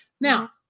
Now